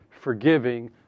forgiving